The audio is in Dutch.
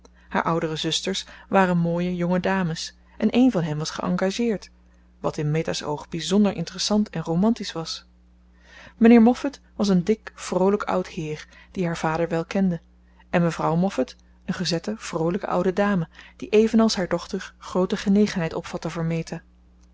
oudere zusters waren mooie jonge dames en een van hen was geëngageerd wat in meta's oog bizonder interessant en romantisch was mijnheer moffat was een dik vroolijk oud heer die haar vader wel kende en mevrouw moffat een gezette vroolijke oude dame die evenals haar dochter groote genegenheid opvatte voor meta